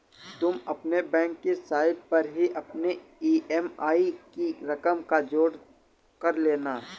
तुम अपने बैंक की साइट पर ही अपने ई.एम.आई की रकम का जोड़ कर लेना